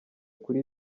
kuri